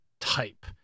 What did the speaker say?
type